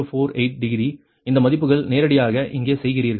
048 degree இந்த மதிப்புகள் நேரடியாக நீங்கள் இங்கே செய்கிறீர்கள்